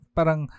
Parang